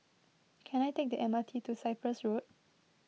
can I take the M R T to Cyprus Road